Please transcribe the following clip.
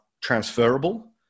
transferable